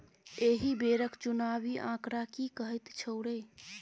एहि बेरक चुनावी आंकड़ा की कहैत छौ रे